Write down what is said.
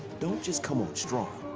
don't just come on strong.